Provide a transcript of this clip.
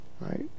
right